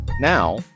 Now